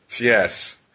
yes